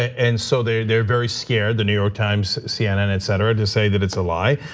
and so, they're they're very scared the new york times, cnn etcetera to say that it's a lie.